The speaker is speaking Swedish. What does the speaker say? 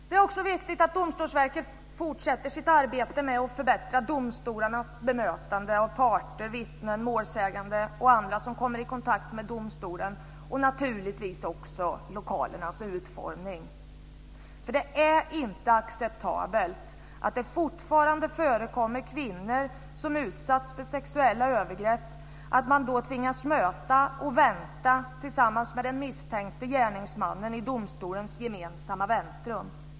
Det är också viktigt att Domstolsverket fortsätter sitt arbete med att förbättra domstolarnas bemötande av parter, vittnen, målsägande och andra som kommer i kontakt med domstolen. Det gäller naturligtvis också lokalernas utformning. Det är inte acceptabelt att det fortfarande förekommer att kvinnor som utsatts för sexuella övergrepp tvingas möta och vänta tillsammans med den misstänkta gärningsmannen i domstolens gemensamma väntrum.